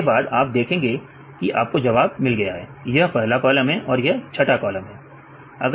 उसके बाद आप देखेंगे कि आपको जवाब मिल गया यह पहला कॉलम है और यह छठा कॉलम है